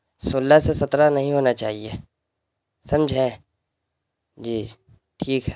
سولہ سے سترہ نہیں ہونا چاہیے سمجھے جی ٹھیک ہے